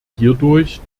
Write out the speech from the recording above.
hierdurch